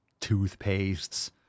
toothpastes